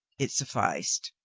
it sufficed.